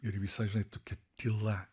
ir visa žinai tokia tyla